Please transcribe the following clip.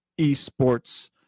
esports